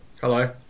Hello